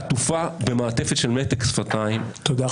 -- עטופה במעטפת של מתק שפתיים -- תודה,